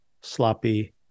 sloppy